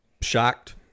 shocked